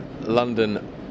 London